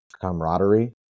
camaraderie